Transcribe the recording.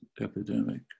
epidemic